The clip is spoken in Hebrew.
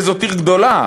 וזאת עיר גדולה.